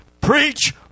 preach